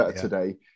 today